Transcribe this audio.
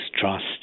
trust